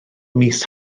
mis